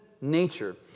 nature